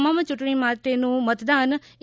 તમામ ચૂંટણી માટેનું મતદાન ઇ